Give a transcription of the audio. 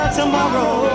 tomorrow